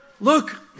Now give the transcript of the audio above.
Look